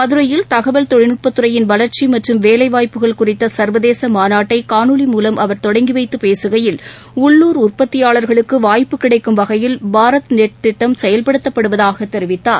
மதுரையில் தகவல் தொழில்நுட்பத் துறையின் வளர்ச்சி மற்றும் வேலைவாய்ப்புகள் குறித்த சர்வதேச மாநாட்டை கூணொலி மூலம் அவர் தொடங்கி வைத்து பேககையில் உள்ளுர் உற்பத்தியாளர்களுக்கு வாய்ப்பு கிடைக்கும் வகையில் பாரத் நெட் திட்டம் செயல்படுத்தப்படுவதாக தெரிவித்தார்